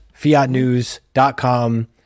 fiatnews.com